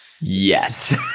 Yes